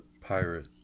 pirate